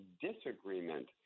disagreement